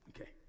Okay